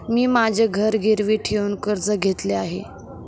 मी माझे घर गिरवी ठेवून कर्ज घेतले आहे